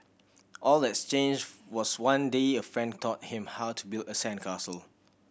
all that changed was one day a friend taught him how to build a sandcastle